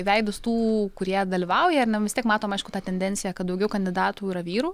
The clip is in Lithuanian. veidus tų kurie dalyvauja ar ne vis tiek matom aiškų tą tendenciją kad daugiau kandidatų yra vyrų